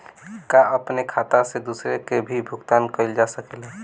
का अपने खाता से दूसरे के भी भुगतान कइल जा सके ला?